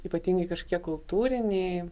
ypatingai kažkiek kultūriniai